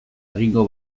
egingo